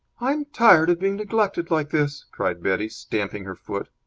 i'm tired of being neglected like this! cried betty, stamping her foot.